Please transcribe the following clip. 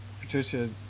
Patricia